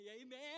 amen